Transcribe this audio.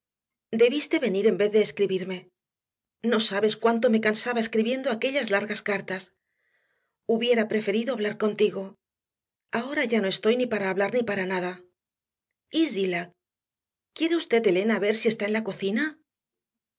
debiste venir en vez de escribirme no sabes cuánto me cansaba escribiendo aquellas largas cartas hubiera preferido hablar contigo ahora ya no estoy ni para hablar ni para nada y zillah quiere usted elena ver si está en la cocina